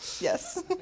yes